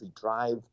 drive